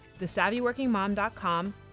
thesavvyworkingmom.com